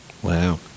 Wow